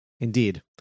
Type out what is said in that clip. indeed